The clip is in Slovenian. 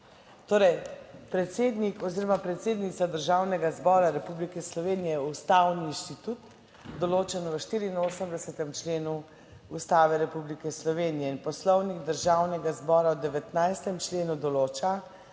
Torej predsednik oziroma predsednica Državnega zbora Republike Slovenije je Ustavni inštitut, določen v 84. členu Ustave Republike Slovenije in Poslovnik Državnega zbora v 19. členu določa,